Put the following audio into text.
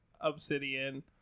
Obsidian